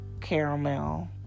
caramel